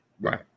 Right